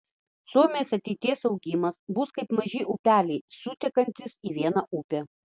suomijos ateities augimas bus kaip maži upeliai sutekantys į vieną upę